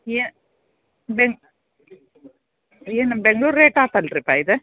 ಏಯ್ಯ ಬೆನ್ ಏನು ಬೆಂಗಳೂರು ರೇಟ ಆತಲ್ರಿ ಪಾ ಇದು